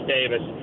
Davis